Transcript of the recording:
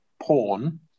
porn